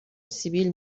سیبیل